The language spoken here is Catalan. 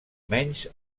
menys